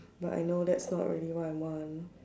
but I know that's not what I want